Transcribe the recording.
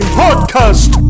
podcast